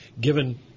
given